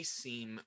seem